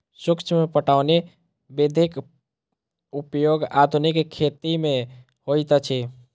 सूक्ष्म पटौनी विधिक उपयोग आधुनिक खेती मे होइत अछि